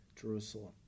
Jerusalem